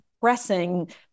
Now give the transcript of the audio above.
pressing